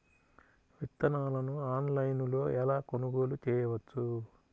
విత్తనాలను ఆన్లైనులో ఎలా కొనుగోలు చేయవచ్చు?